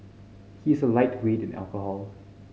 he is a lightweight in alcohol